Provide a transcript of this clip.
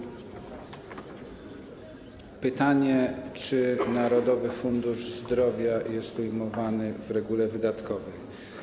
Było pytanie, czy Narodowy Fundusz Zdrowia jest ujmowany w regule wydatkowej.